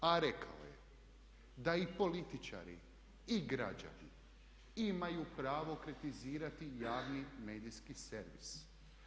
A rekao je da i političari i građani imaju pravo kritizirati javni medijski servis.